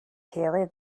kelly